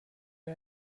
wir